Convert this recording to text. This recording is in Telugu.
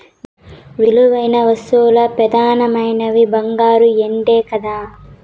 విలువైన వస్తువుల్ల పెదానమైనవి బంగారు, ఎండే కదా